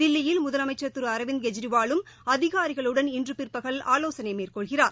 தில்லியில் முதலமைச்சர் திருஅரவிந்த் கெஜ்ரிவாலும் அதிகாரிகளுடன் இன்றுபிற்பகல் ஆலோசனைமேற்கொள்கிறார்